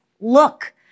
look